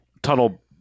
tunnel